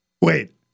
Wait